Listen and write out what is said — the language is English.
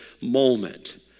moment